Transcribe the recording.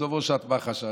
עזוב ראשת מח"ש,